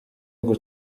ngo